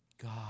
God